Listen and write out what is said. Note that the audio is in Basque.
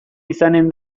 izanen